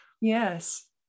yes